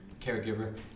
caregiver